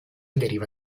deriva